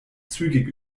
zügig